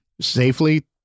safely